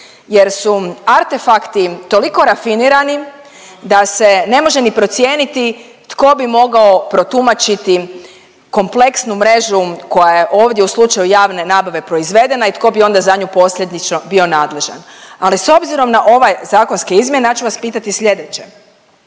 jer su artefakti toliko rafinirani da se ne može ni procijeniti tko bi mogao protumačiti kompleksnu mrežu koja je ovdje u slučaju javne nabave proizvedena i tko bi onda za nju posljedično bio nadležan, ali s obzirom na ove zakonske izmjene ja ću vas pitati slijedeće.